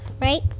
right